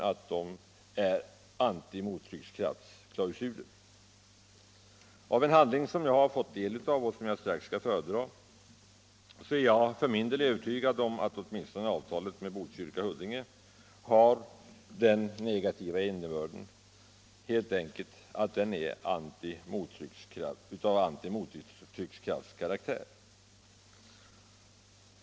Av vad som framgår av en handling, som jag har fått tillfälle att studera och som jag strax skall föredra, är jag övertygad om att åtminstone avtalet med Botkyrka-Huddinge har sådan karaktär.